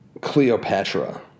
Cleopatra